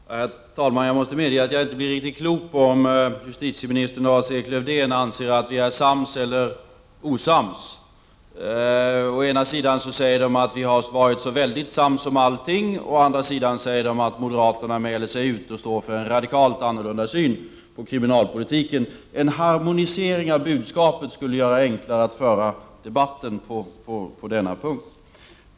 Herr talman! Jag måste medge att jag inte blev riktigt klok på om justitieministern och Lars-Erik Lövdén anser att vi är sams eller anser att vi är osams. Å ena sidan säger de att vi har varit så väldigt sams om allting, men å andra sidan säger de att moderaterna mäler sig ut och står för en radikalt annorlunda syn på kriminalvårdspolitiken. En harmonisering av budskapet skulle göra det enklare att föra debatten på denna punkt.